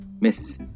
miss